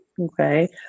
okay